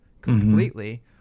completely